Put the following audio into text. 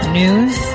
news